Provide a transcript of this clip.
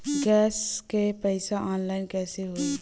Gas क पैसा online कइसे होई?